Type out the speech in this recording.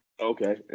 Okay